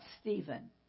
Stephen